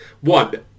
One